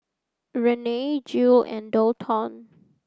Renae Jule and Daulton